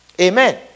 Amen